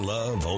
Love